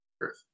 earth